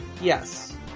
yes